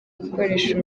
gukoresha